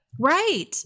Right